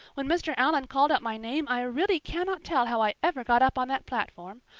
when mr. allan called out my name i really cannot tell how i ever got up on that platform.